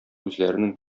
үзләренең